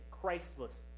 Christless